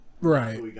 Right